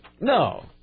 No